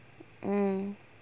mm